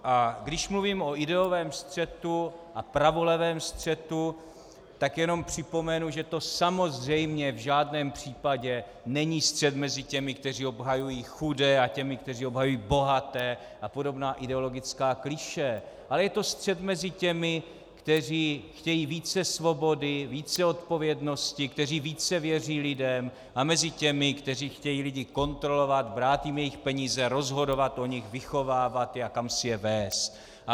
A když mluvím o ideovém střetu a pravolevém střetu, tak jenom připomenu, že to samozřejmě v žádném případě není střet mezi těmi, kteří obhajují chudé a kteří obhajují bohaté a podobná ideologická klišé, ale je to střet mezi těmi, kteří chtějí více svobody, více odpovědnosti, kteří více věří lidem, těmi, kteří chtějí lidi kontrolovat, brát jim jejich peníze, rozhodovat o nich, vychovávat je a kamsi je vést.